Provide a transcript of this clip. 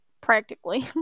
practically